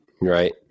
right